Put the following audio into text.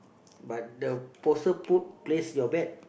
but the poser poop place your bet